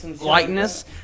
likeness